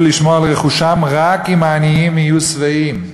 לשמור על רכושם רק אם העניים יהיו שבעים.